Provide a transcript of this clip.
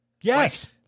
Yes